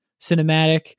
cinematic